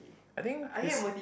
I think Chris